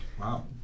Wow